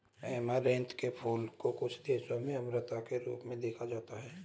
amaranth के फूलों को कुछ देशों में अमरता के रूप में देखा जाता है